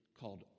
called